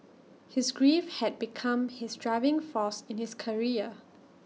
his grief had become his driving force in his career